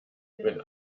wenn